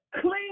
clean